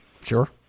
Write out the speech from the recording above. Sure